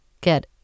get